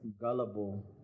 gullible